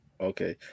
Okay